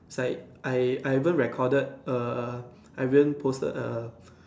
like I I even recorded err I even posted err